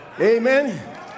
Amen